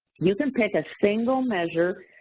you can pick a single measure.